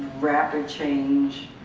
rapid change,